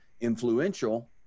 influential